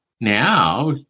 now